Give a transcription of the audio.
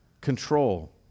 control